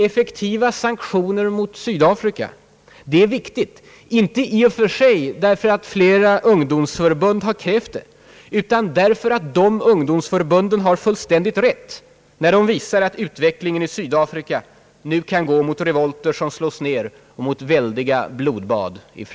Effektiva sanktioner mot Sydafrika — det är viktigt, inte i och för sig därför att flera ungdomsförbund har krävt det, utan därför att dessa ungdomsförbund har fullständigt rätt när de visar att utvecklingen i Sydafrika nu kan gå mot revolter som slås ner och mot väldiga blodbad.